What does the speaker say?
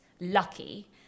lucky